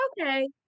Okay